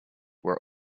were